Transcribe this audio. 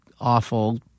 awful